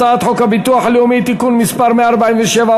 הצעת חוק הביטוח הלאומי (תיקון מס' 147,